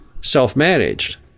self-managed